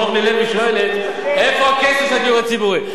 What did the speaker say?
אורלי לוי שואלת איפה הכסף של הדיור הציבורי,